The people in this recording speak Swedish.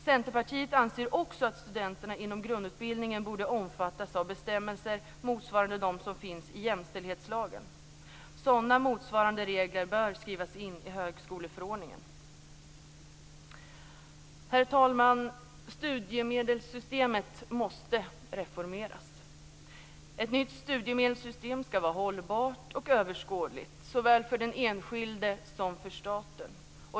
Centerpartiet anser att också studenterna inom grundutbildningen borde omfattas av bestämmelser motsvarande dem som finns i jämställdhetslagen. Sådana motsvarande regler bör skrivas in i högskoleförordningen. Herr talman! Studiemedelssystemet måste reformeras. Ett nytt studiemedelssystem skall vara hållbart och överskådligt såväl för den enskilde som för staten.